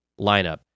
lineup